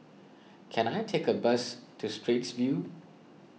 can I take a bus to Straits View